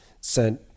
sent